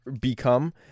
become